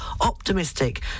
optimistic